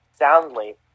soundly